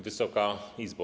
Wysoka Izbo!